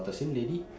the same lady